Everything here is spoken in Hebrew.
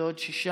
זה עוד שישה.